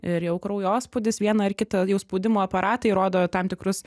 ir jau kraujospūdis vieną ar kitą jau spaudimo aparatai rodo tam tikrus